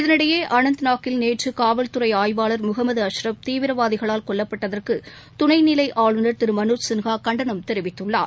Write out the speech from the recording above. இதனிடையே அனந்த்நாக்கில் நேற்றுகாவல்துறைஆய்வாளர் முகம்மது அஷ்ரப் தீவிரவாதிகளால் கொல்லப்பட்டதற்குதுணைநிலைஆளுநர் திருமனோஜ்சின்ஹாகண்டனம் தெரிவித்துள்ளார்